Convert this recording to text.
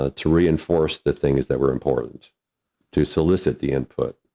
ah to reinforce the things that were important to solicit the input,